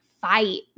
fight